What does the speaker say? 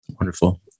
Wonderful